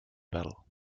battle